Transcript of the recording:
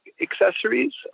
accessories